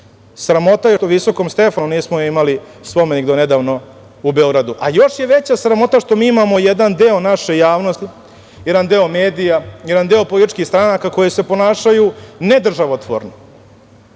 ponosan. Sramota je što visokom Stefanu nismo imali spomenik do nedavno u Beogradu, a još je veća sramota što mi imamo jedan deo naše javnosti, jedan deo medija, jedan deo političkih stranaka, koje se ponašaju nedržavotvorno.